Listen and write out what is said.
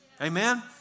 Amen